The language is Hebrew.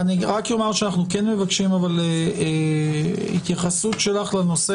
רק אומר שאנחנו מבקשים התייחסות שלך לנושא